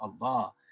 Allah